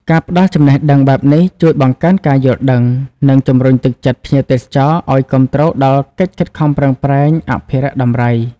ការផ្តល់ចំណេះដឹងបែបនេះជួយបង្កើនការយល់ដឹង និងជំរុញទឹកចិត្តភ្ញៀវទេសចរឲ្យគាំទ្រដល់កិច្ចខិតខំប្រឹងប្រែងអភិរក្សដំរី។